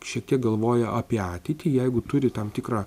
šiek tiek galvoja apie ateitį jeigu turi tam tikrą